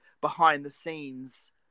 behind-the-scenes